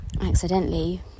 accidentally